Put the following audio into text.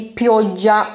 pioggia